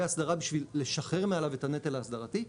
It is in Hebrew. הסדרה בשביל לשחרר מעליו את הנטל ההסדרתי.